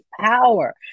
power